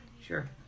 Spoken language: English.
Sure